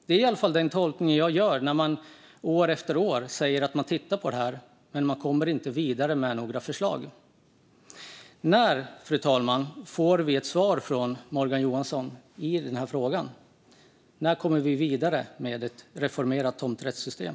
Det är i alla fall den tolkning jag gör när man år efter år säger att man tittar på det här men inte kommer vidare med några förslag. När, fru talman, får vi ett svar från Morgan Johansson i den här frågan? När kommer vi vidare med ett reformerat tomträttssystem?